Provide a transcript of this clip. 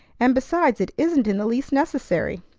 and, besides, it isn't in the least necessary.